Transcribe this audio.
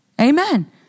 amen